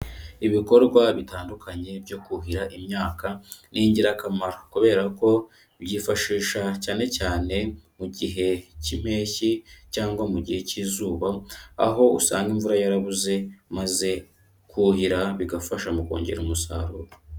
Ibikorwa bitandukanye byo kuhira imyaka, ni ingirakamaro kubera ko byifashisha cyane cyane mu gihe cy'impeshyi cyangwa mu gihe cy'izuba, aho usanga imvura yarabuze maze kuhira bigafasha mu kongera umusaruro.